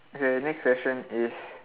okay next question is